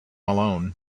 alone